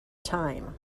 time